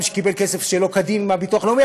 שקיבל כסף שלא כדין מהביטוח הלאומי,